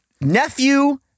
nephew